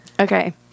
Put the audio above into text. Okay